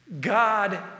God